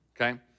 okay